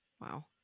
Wow